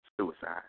suicide